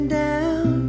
down